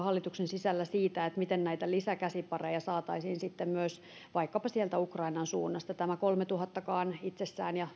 hallituksen sisällä siitä miten näitä lisäkäsipareja saataisiin myös vaikkapa sieltä ukrainan suunnasta tämä kolmetuhattakaan itsessään ja